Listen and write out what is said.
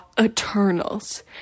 Eternals